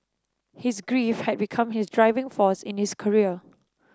his grief had become his driving force in his career